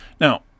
now